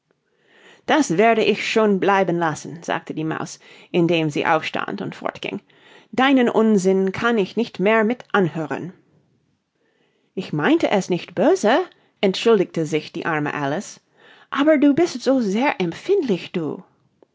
das werde ich schön bleiben lassen sagte die maus indem sie aufstand und fortging deinen unsinn kann ich nicht mehr mit anhören ich meinte es nicht böse entschuldigte sich die arme alice aber du bist so sehr empfindlich du